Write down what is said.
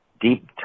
deep